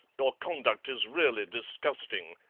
your conduct is really disgusting,